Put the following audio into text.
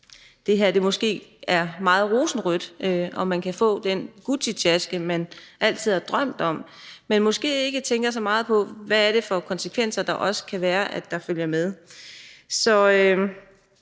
det her som meget rosenrødt – at man kan få den Guccitaske, man altid har drømt om at få – men måske ikke tænker så meget på, hvad det er for konsekvenser, der kan følge med.